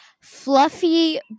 Fluffy